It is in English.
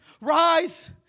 Rise